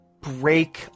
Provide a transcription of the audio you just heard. break